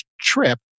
trip